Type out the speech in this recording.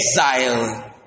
exile